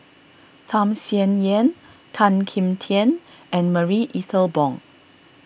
Tham Sien Yen Tan Kim Tian and Marie Ethel Bong